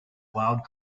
wild